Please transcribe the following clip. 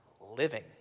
living